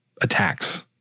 attacks